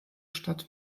stadt